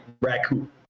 raccoon